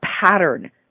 pattern